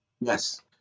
Yes